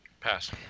Pass